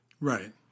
Right